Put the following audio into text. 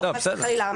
חס וחלילה,